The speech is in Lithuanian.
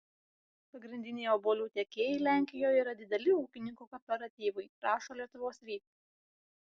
pagrindiniai obuolių tiekėjai lenkijoje yra dideli ūkininkų kooperatyvai rašo lietuvos rytas